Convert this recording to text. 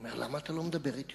הוא אומר: למה אתה לא מדבר אתי?